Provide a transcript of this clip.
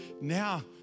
Now